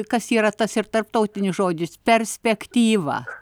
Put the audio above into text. kas yra tas ir tarptautinis žodis perspektyva